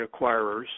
acquirers